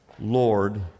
Lord